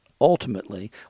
Ultimately